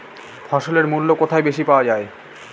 ফসলের মূল্য কোথায় বেশি পাওয়া যায়?